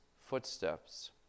footsteps